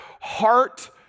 heart